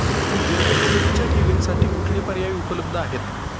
दीर्घ मुदतीच्या ठेवींसाठी कुठले पर्याय उपलब्ध आहेत?